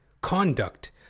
Conduct